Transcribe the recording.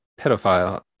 pedophile